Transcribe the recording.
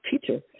teacher